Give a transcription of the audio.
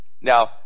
Now